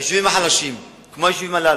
היישובים החלשים, כמו היישובים הללו,